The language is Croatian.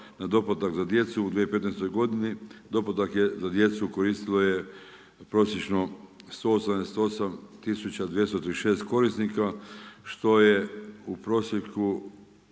na doplatak za djecu u 2015. godini. Doplatak je za djecu koristilo je prosječno 188 tisuća 236 korisnika, što je u prosjeku